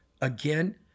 Again